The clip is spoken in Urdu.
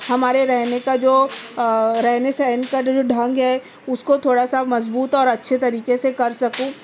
ہمارے رہنے کا جو رہنے سہن کا جو ڈھنگ ہے اُس کو تھوڑا سا مضبوط اور اچھے طریقے سے کر سکوں